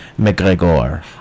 McGregor